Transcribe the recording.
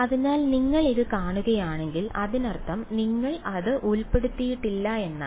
അതിനാൽ നിങ്ങൾ ഇത് കാണുകയാണെങ്കിൽ അതിനർത്ഥം നിങ്ങൾ അത് ഉൾപ്പെടുത്തിയിട്ടില്ല എന്നാണ്